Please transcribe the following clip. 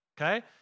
okay